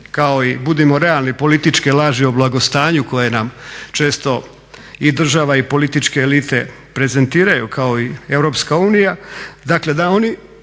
kao i budimo realni političke laži o blagostanju koje nam često i država i političke elite prezentiraju kao i EU dakle da oni